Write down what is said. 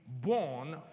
born